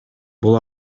бул